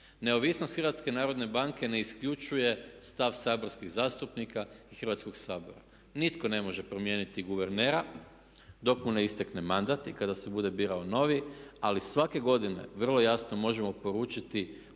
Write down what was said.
Neovisnost HNB-a ne isključuje stav saborskih zastupnika i Hrvatskog sabora. Nitko ne može promijeniti guvernera dok mu ne istekne mandat i kada se bude birao novi ali svake godine vrlo jasno možemo poručiti